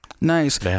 Nice